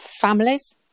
families